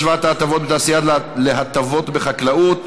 השוואת ההטבות בתעשייה להטבות בחקלאות),